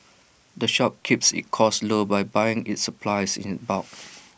the shop keeps its costs low by buying its supplies in bulk